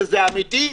וזה אמיתי.